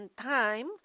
time